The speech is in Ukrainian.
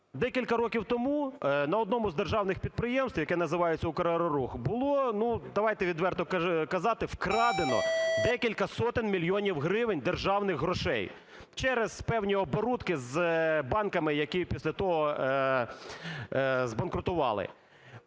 Декілька років тому на одному з державних підприємств, яке називається "Украерорух", було, ну, давайте відверто казати, вкрадено декілька сотень мільйонів гривень державних грошей, через певні оборудки з банками, які після того збанкрутували.